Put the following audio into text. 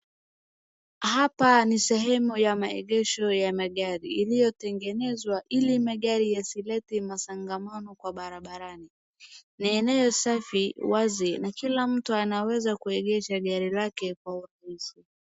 Hapa ni sehemu ya maegesho ya magari iliotegenezwa ili magari yasilete masongamano kwa barabarani. Ni eneo safi, wazi na kila mtu anaweza kuegesha gari lake kwa urahisi.